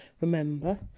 remember